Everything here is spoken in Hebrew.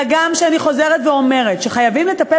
והגם שאני חוזרת ואומרת שחייבים לטפל